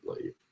leave